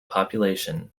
population